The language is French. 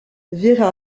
vera